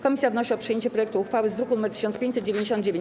Komisja wnosi o przyjęcie projektu uchwały z druku nr 1599.